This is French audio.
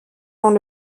dans